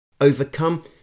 Overcome